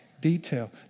detail